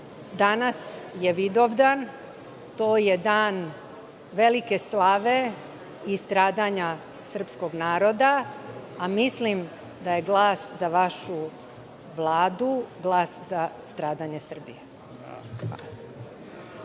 Danas je Vidovdan. To je dan velike slave i stradanja srpskog naroda, a mislim da je glas za vašu vladu glas za stradanje Srbije.